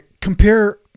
Compare